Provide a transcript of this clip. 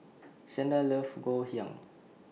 Shanda loves Ngoh Hiang